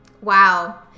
Wow